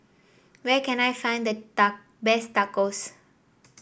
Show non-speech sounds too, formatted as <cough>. where can I find the <unintelligible> best Tacos